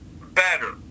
better